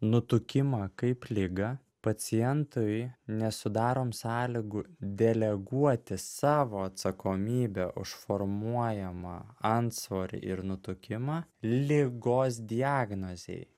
nutukimą kaip ligą pacientui nesudarom sąlygų deleguoti savo atsakomybę už formuojamą antsvorį ir nutukimą ligos diagnozėj